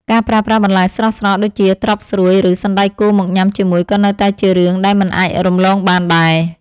ការប្រើប្រាស់បន្លែស្រស់ៗដូចជាត្រប់ស្រួយឬសណ្តែកគួរមកញ៉ាំជាមួយក៏នៅតែជារឿងដែលមិនអាចរំលងបានដែរ។